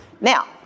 Now